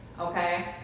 Okay